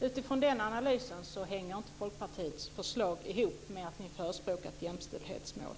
Utifrån den analysen hänger inte Folkpartiets förslag ihop med att ni förespråkar ett jämställdhetsmål.